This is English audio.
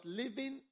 living